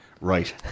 Right